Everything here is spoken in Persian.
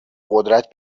قدرت